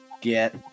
get